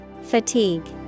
fatigue